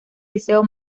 liceo